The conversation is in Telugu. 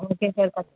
ఓకే సార్ ఖచ్చితంగా